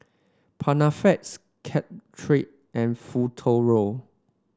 Panaflex Caltrate and Futuro